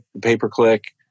pay-per-click